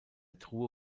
truhe